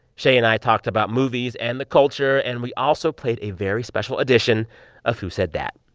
shea and i talked about movies and the culture, and we also played a very special edition of who said that?